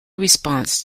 response